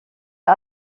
ihr